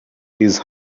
his